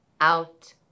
out